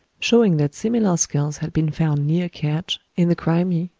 showing that similar skulls had been found near kertsch, in the crimea,